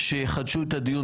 מוכשרת ככל שתהיה,